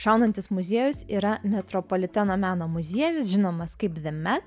šaunantis muziejus yra metropoliteno meno muziejus žinomas kaip ve met